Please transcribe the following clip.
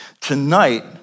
Tonight